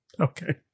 Okay